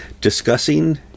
discussing